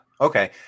Okay